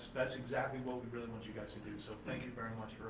that's exactly what we really want you guys to do so thank you very much